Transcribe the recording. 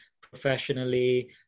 professionally